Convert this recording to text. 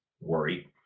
worry